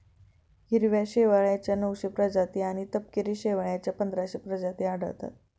हिरव्या शेवाळाच्या नऊशे प्रजाती आणि तपकिरी शेवाळाच्या पंधराशे प्रजाती आढळतात